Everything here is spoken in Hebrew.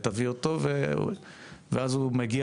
והיונים,